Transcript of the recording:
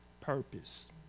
purpose